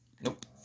Nope